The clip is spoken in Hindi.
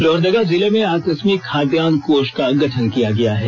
लोहरदगा जिला मे आकस्मिक खाधान्न कोष का गठन किया गया है